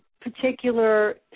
particular